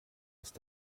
ist